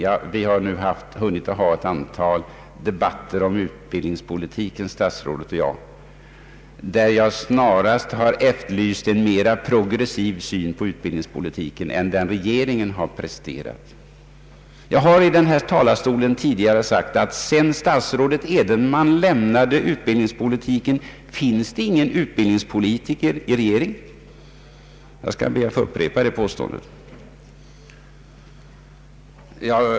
Statsrådet och jag har nu hunnit föra ett antal debatter om utbildningspolitiken, där jag snarast har efterlyst en mera progressiv syn på utbildningspolitiken än den regeringen presterat. Jag har i denna talarstol sagt att sedan statsrådet Edenman lämnade utbildningspolitiken finns det ingen utbildningspolitiker i rege ringen. Jag skall be att få upprepa det påståendet.